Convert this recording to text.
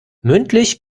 mündlich